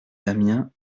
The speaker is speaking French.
damien